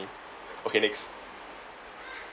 okay next